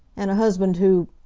and a husband who.